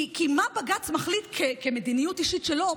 כי מה בג"ץ מחליט כמדיניות אישית שלו,